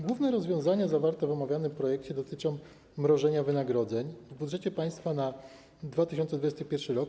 Główne rozwiązania zawarte w omawianym projekcie dotyczą mrożenia wynagrodzeń w budżecie państwa na 2021 r.